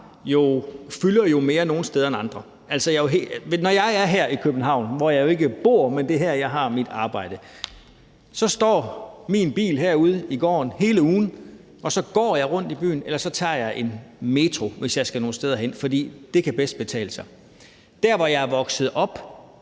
fylder mere nogle steder end andre. Altså, når jeg er her i København – hvor jeg jo ikke bor; det er her, jeg har mit arbejde – står min bil herude i gården hele ugen, og så går jeg rundt i byen, eller også tager jeg en metro, hvis jeg skal nogen steder hen, for det kan bedst betale sig. Der, hvor jeg er vokset op,